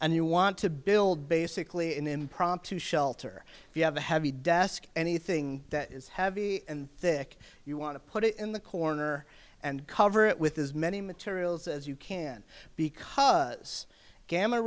and you want to build basically an impromptu shelter if you have a heavy desk anything that is heavy and thick you want to put it in the corner and cover it with as many materials as you can because gam